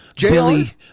Billy